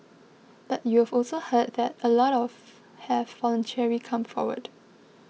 but you've also heard that a lot of have voluntarily come forward